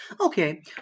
Okay